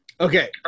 okay